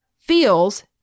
feels